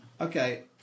Okay